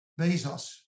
Bezos